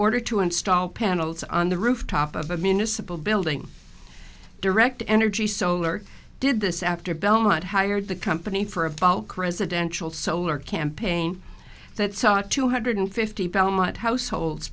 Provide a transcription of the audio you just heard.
order to install panels on the rooftop of a municipal building direct energy solar did this after belmont hired the company for a valcke residential solar campaign that saw two hundred fifty belmont households